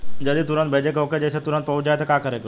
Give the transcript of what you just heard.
जदि तुरन्त भेजे के होखे जैसे तुरंत पहुँच जाए त का करे के होई?